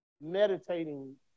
meditating